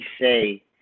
say